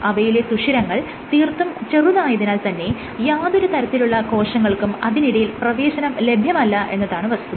അവയിലെ സുഷിരങ്ങൾ തീർത്തും ചെറുതായതിനാൽ തന്നെ യാതൊരു തരത്തിലുള്ള കോശങ്ങൾക്കും അതിനിടയിൽ പ്രവേശനം ലഭ്യമല്ല എന്നതാണ് വസ്തുത